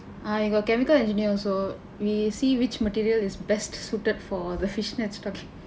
I got chemical engineer also we see which material is best suited for the fishnet stockings